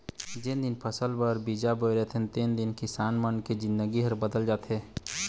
जेन दिन ले फसल बर बीजा बोय रहिथे तेन दिन ले किसान मन के जिनगी ह बदल जाथे